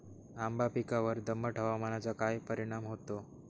आंबा पिकावर दमट हवामानाचा काय परिणाम होतो?